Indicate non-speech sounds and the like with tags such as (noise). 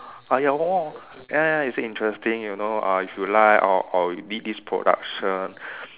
ah ya (noise) ya it's interesting you know uh if you like or or you lead this production